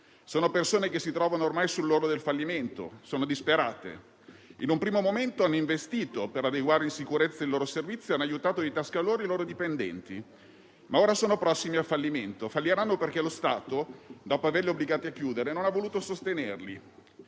Sono persone che si trovano ormai sull'orlo del fallimento; sono disperate. In un primo momento hanno investito per adeguare in sicurezza il loro servizio e hanno aiutato di tasca i loro dipendenti; ma ora sono prossimi al fallimento, e falliranno perché lo Stato, dopo averli obbligati a chiudere, non ha voluto sostenerli.